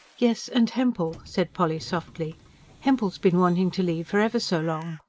yes, and hempel, said polly softly hempel's been wanting to leave for ever so long.